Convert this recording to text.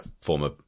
former